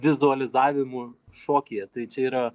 vizualizavimu šokyje tai čia yra